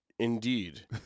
Indeed